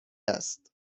است